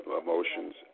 emotions